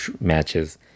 matches